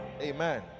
Amen